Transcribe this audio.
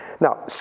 Now